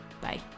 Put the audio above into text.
Bye